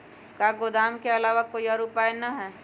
का गोदाम के आलावा कोई और उपाय न ह?